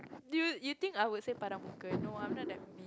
do you you think I would say but no I am not that